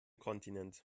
kontinent